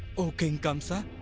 o king kamsa,